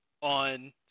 on